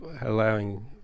allowing